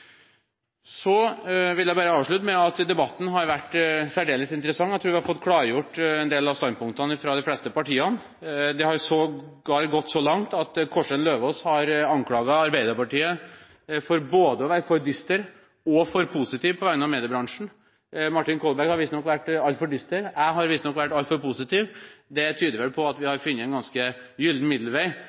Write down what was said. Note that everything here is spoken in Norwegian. Så vil jeg bare avslutte med å si at debatten har vært særdeles interessant. Jeg tror vi har fått klargjort en del av standpunktene fra de fleste partiene. Det har sågar gått så langt at Kårstein Eidem Løvaas har anklaget oss i Arbeiderpartiet for både å være for dystre og for positive på vegne av mediebransjen. Martin Kolberg har visstnok vært altfor dyster, jeg har visstnok vært altfor positiv. Det tyder vel på at vi har funnet en ganske gyllen middelvei,